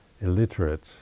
illiterate